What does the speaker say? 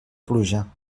pluja